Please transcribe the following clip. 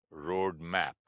roadmap